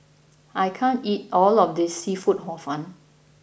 I can't eat all of this Seafood Hor Fun